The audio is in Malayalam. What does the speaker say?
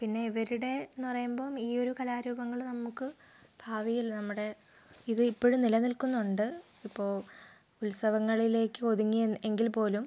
പിന്നെ ഇവരുടെയെന്ന് പറയുമ്പം ഈ ഒരു കലാരൂപങ്ങൾ നമുക്ക് ഭാവിയിൽ നമ്മുടെ ഇത് ഇപ്പോഴും നിലനിൽക്കുന്നുണ്ട് ഇപ്പോൾ ഉത്സവങ്ങളിലേക്ക് ഒതുങ്ങി എങ്കിൽ പോലും